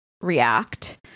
react